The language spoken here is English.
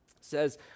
says